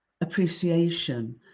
appreciation